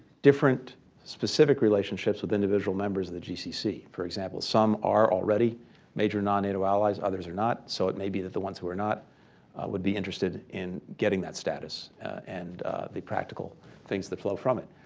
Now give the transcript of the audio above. different specific relationships with individual members of the gcc, for example. some are already major non-nato allies. others are not. so it may be that the ones who are not would be interested in getting that status and the practical things that flow from it.